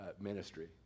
ministry